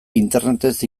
internetez